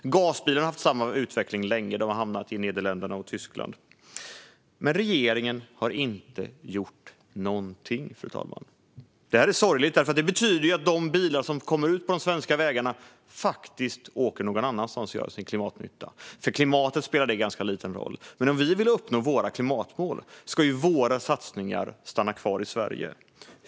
Utvecklingen har länge varit densamma för gasbilarna; de har hamnat i Nederländerna och Tyskland. Men regeringen har inte gjort någonting, fru talman. Detta är sorgligt, för det betyder att de bilar som kommer ut på de svenska vägarna åker någon annanstans och gör sin klimatnytta. För klimatet spelar det ganska liten roll. Men om vi vill uppnå våra klimatmål ska våra satsningar stanna kvar i Sverige.